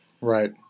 Right